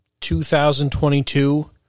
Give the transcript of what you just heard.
2022